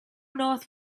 north